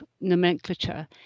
nomenclature